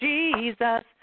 Jesus